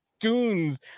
goons